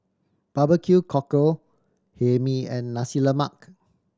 barbecue cockle Hae Mee and Nasi Lemak